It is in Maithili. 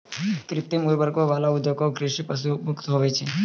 कृत्रिम उर्वरको वाला औद्योगिक कृषि पशु मुक्त होय छै